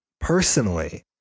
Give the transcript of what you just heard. personally